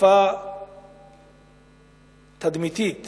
התקפה תדמיתית